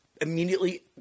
immediately